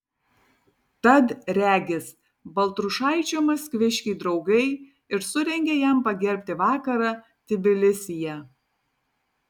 tad regis baltrušaičio maskviškiai draugai ir surengė jam pagerbti vakarą tbilisyje